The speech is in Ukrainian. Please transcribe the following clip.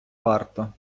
варто